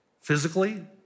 Physically